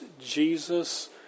Jesus